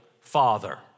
father